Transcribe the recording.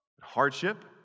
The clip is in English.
hardship